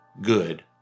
good